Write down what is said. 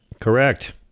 Correct